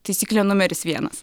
taisyklė numeris vienas